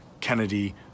Kennedy